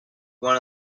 one